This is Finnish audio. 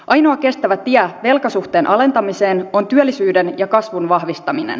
ainoa kestävä tie velkasuhteen alentamiseen on työllisyyden ja kasvun vahvistaminen